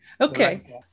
Okay